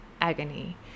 agony